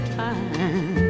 time